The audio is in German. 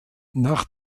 nach